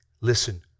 Listen